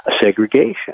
segregation